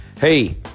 hey